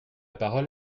parole